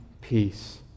peace